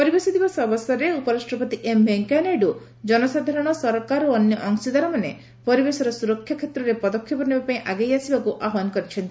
ପରିବେଶ ଦିବସ ଅବସରରେ ଉପରାଷ୍ଟ୍ରପତି ଏମ୍ ଭେଙ୍କେୟା ନାଇଡୁ ଜନସାଧାରଣ ସରକାର ଓ ଅନ୍ୟ ଅଂଶୀଦାରମାନେ ପରିବେଶର ସୁରକ୍ଷା କ୍ଷେତ୍ରରେ ପଦକ୍ଷେପ ନେବାପାଇଁ ଆଗେଇ ଆସିବାକୁ ଆହ୍ୱାନ କରିଛନ୍ତି